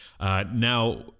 Now